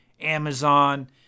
Amazon